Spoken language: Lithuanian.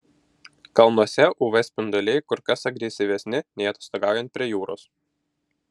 kalnuose uv spinduliai kur kas agresyvesni nei atostogaujant prie jūros